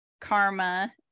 karma